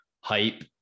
hype